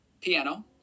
Piano